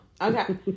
Okay